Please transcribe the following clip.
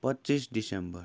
पच्चिस दिसम्बर